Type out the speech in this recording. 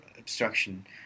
obstruction